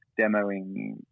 demoing